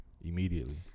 immediately